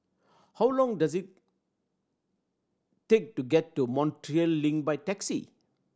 how long does it take to get to Montreal Link by taxi